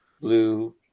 blue